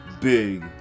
big